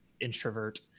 introvert